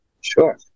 Sure